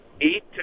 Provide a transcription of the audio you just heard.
eight